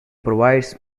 provides